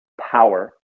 power